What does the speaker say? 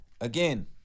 Again